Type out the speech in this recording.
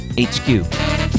HQ